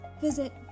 visit